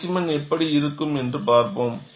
specimen எப்படி இருக்கும் என்று பார்ப்போம்